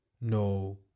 no